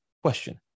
question